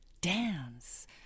dance